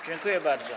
Dziękuję bardzo.